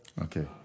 Okay